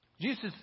Jesus